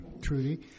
Trudy